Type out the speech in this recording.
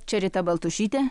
čia rita baltušytė